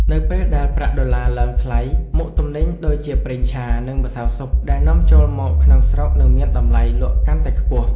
នៅពេលដែលប្រាក់ដុល្លារឡើងថ្លៃមុខទំនិញដូចជាប្រេងឆានិងម្សៅស៊ុបដែលនាំចូលមកក្នុងស្រុកនឹងមានតម្លៃលក់កាន់តែខ្ពស់។